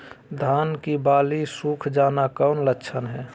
धान की बाली सुख जाना कौन लक्षण हैं?